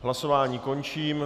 Hlasování končím.